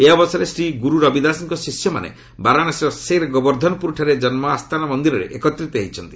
ଏହି ଅବସରରେ ଶ୍ରୀ ଗୁରୁ ରବି ଦାସଙ୍କ ଶିଷ୍ୟମାନେ ବାରାଣାସୀର ସେର୍ ଗୋବର୍ଦ୍ଧନପୁରଠାରେ ଜନ୍ମ ଆସ୍ଥାନ ମନ୍ଦିରରେ ଏକତ୍ରିତ ହୋଇଛନ୍ତି